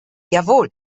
jawohl